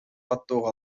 каттоого